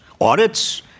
audits